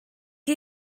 chi